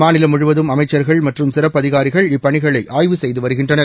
மாநிலம் முழுவதும் அமைச்சர்கள் மற்றும் சிறப்பு அதிகாரிகள் இப்பணிகளை ஆய்வு செய்து வருகின்றனர்